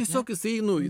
visokius einu